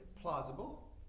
Plausible